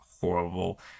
horrible